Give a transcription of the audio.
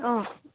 অঁ